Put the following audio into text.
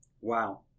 Wow